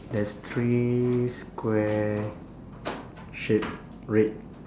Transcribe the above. there's three square shape red